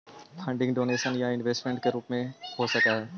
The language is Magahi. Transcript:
फंडिंग डोनेशन या इन्वेस्टमेंट के रूप में हो सकऽ हई